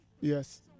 yes